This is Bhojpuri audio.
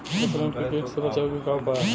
फसलन के कीट से बचावे क का उपाय है?